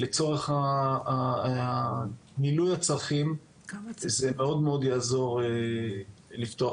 לצורך מילוי הצרכים זה מאוד מאוד יעזור לפתוח